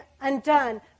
undone